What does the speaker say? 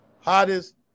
hottest